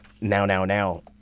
now-now-now